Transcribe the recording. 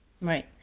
Right